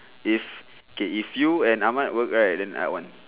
if okay if you and ahmad work right then I want